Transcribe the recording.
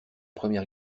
première